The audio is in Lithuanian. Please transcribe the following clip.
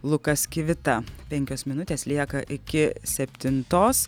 lukas kivita penkios minutės lieka iki septintos